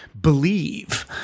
believe